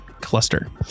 cluster